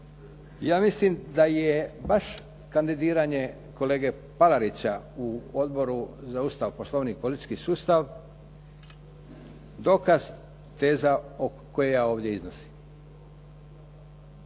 Ja mislim da je baš kandidiranje kolege Palarića u Odboru za Ustav, Poslovnik i politički sustav dokaz teza koje ja ovdje iznosim.